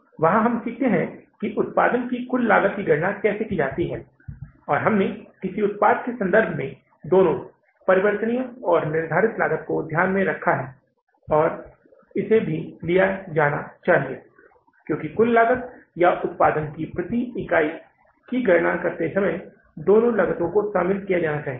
वहां हम सीखते हैं कि उत्पादन की कुल लागत की गणना कैसे की जाती है और हमने किसी उत्पाद के संबंध में दोनों परिवर्तनीय और निर्धारित लागत को ध्यान में रखा है और इसे भी लिया जाना चाहिए क्योंकि कुल लागत या उत्पादन की प्रति इकाई की गणना करते समय दोनों लागतों को शामिल किया जाना चाहिए